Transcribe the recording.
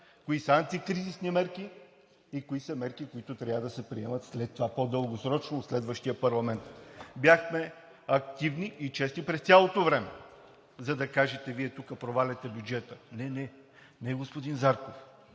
кои са антикризисни мерки и кои мерки трябва да се приемат след това и по-дългосрочно в следващия парламент. Бяхме активни и честни през времето, за да кажете Вие, че проваляме бюджета. Не, не, не, господин Зарков,